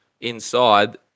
inside